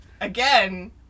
again